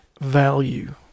value